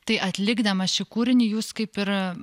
tai atlikdamas šį kūrinį jūs kaip ir